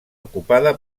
ocupada